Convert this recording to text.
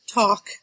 talk